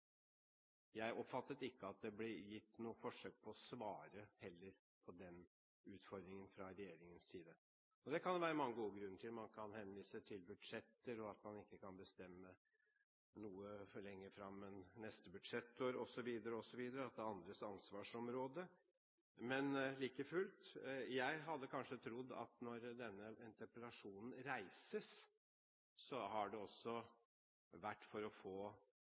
Jeg oppfattet ikke at det fra regjeringens side ble gjort noe forsøk på å svare heller på den utfordringen. Det kan det være mange gode grunner til. Man kan henvise til budsjetter, og at man ikke kan bestemme noe før lenger fram enn neste budsjettår osv., og at det er andres ansvarsområde. Men like fullt: Jeg hadde kanskje trodd at når denne interpellasjonen reises, er det også for å få